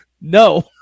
No